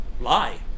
lie